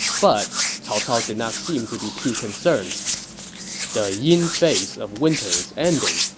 but cao cao did not seem to be too concerned the yin phase of winter is ending,